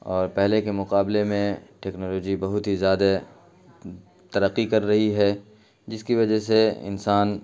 اور پہلے کے مقابلے میں ٹیکنالوجی بہت ہی زیادہ ترقی کر رہی ہے جس کی وجہ سے انسان